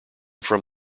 from